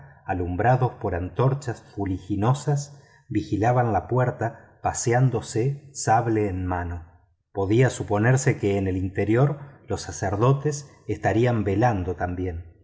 alumbrados por antorchas fuliginosas vigilaban la puerta paseándose sable en mano podía suponerse que en el interior los sacerdotes estarían velando también